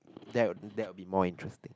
that would that would be more interesting